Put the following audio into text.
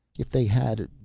if they had ah,